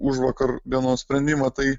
užvakar dienos sprendimą tai